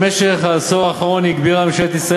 במשך העשור האחרון הגבירה ממשלת ישראל